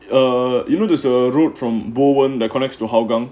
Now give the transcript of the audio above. err you know there's a route from bowen that connects to hougang